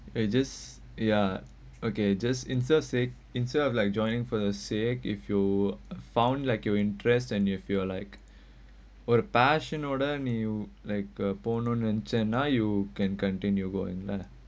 okay just ya okay just interest say instead of like joining for the sake if you found like your interest and you feel like all the passion all that like uh opponent can change now you can continue going lah